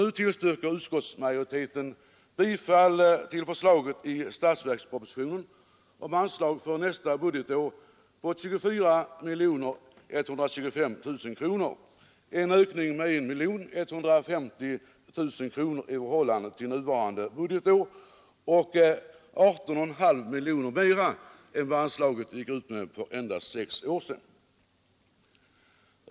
Nu tillstyrker utskottsmajoriteten bifall till förslaget i statsverkspropositionen om anslag för nästa budgetår på 24 125 000 kronor, en ökning med 1 150 000 kronor i förhållande till nuvarande budgetår och 18,5 miljoner kronor mera än vad anslaget uppgick till för endast sex år sedan.